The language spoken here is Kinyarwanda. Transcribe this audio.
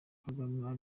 kagame